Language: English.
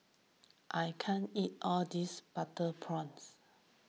I can't eat all this Butter Prawns